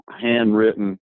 handwritten